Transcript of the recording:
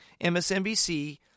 MSNBC